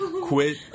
Quit